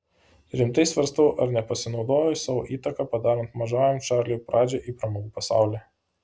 rimtai svarstau ar nepasinaudojus savo įtaka padarant mažajam čarliui pradžią į pramogų pasaulį